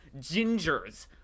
gingers